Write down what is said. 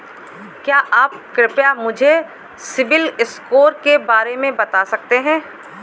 क्या आप कृपया मुझे सिबिल स्कोर के बारे में बता सकते हैं?